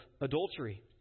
adultery